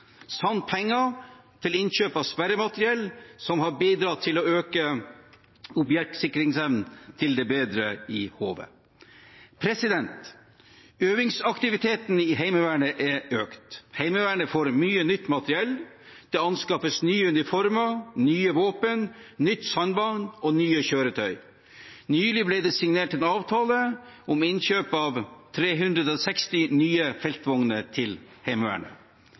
samt penger til innkjøp av sperremateriell, som har bidratt til å øke objektsikringsevnen i HV. Øvingsaktiviteten i Heimevernet har økt. Heimevernet får mye nytt materiell – det anskaffes nye uniformer, nye våpen, nytt samband og nye kjøretøy. Nylig ble det signert en avtale om innkjøp av 360 nye feltvogner til Heimevernet.